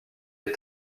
est